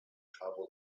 travel